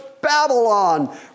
Babylon